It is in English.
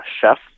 chef